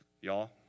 Y'all